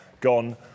gone